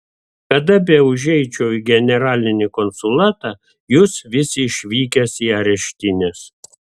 kada beužeičiau į generalinį konsulatą jūs vis išvykęs į areštines